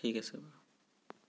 ঠিক আছে বাৰু